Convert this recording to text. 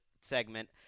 segment